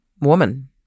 woman